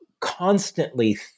constantly